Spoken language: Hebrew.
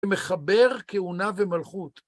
מחבר כהונה ומלכות.